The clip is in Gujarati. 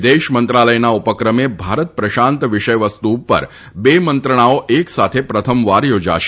વિદેશ મંત્રાલયના ઉપક્રમે ભારત પ્રશાંત વિષયવસ્તુ ઉપર બે મંત્રણાઓ એક સાથે પ્રથમવાર યોજાશે